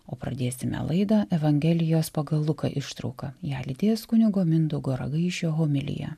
o pradėsime laidą evangelijos pagal luką ištrauka ją lydės kunigo mindaugo ragaišio homilija